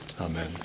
Amen